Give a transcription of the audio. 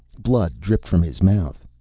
blood dripped from his mouth.